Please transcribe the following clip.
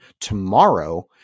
tomorrow